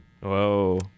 Whoa